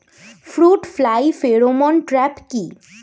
Fruit fly pheromone trap কি?